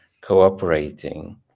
cooperating